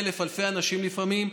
אלפי אנשים לפעמים.